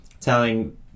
telling